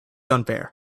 unfair